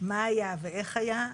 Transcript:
מה היה ואיך היה,